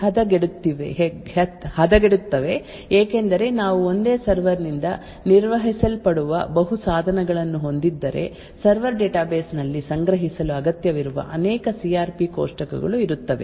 ಆದ್ದರಿಂದ ಈಗ ವಿಷಯಗಳು ಹೆಚ್ಚು ಹದಗೆಡುತ್ತವೆ ಏಕೆಂದರೆ ನಾವು ಒಂದೇ ಸರ್ವರ್ ನಿಂದ ನಿರ್ವಹಿಸಲ್ಪಡುವ ಬಹು ಸಾಧನಗಳನ್ನು ಹೊಂದಿದ್ದರೆ ಸರ್ವರ್ ಡೇಟಾಬೇಸ್ ನಲ್ಲಿ ಸಂಗ್ರಹಿಸಲು ಅಗತ್ಯವಿರುವ ಅನೇಕ ಸಿ ಆರ್ ಪಿ ಕೋಷ್ಟಕಗಳು ಇರುತ್ತವೆ